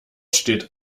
steht